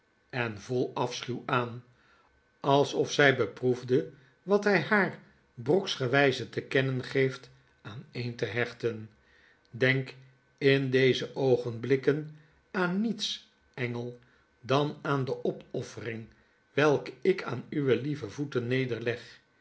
hem verbijsterd envolafschuw aan alsof zjj beproefde wat hjj haar broksgewjjze te kennen geeft aan een te hechten denk in deze oogenblikken aan niets engel dan aan de opoffering welke ik aan uwe lieve voeten nederleg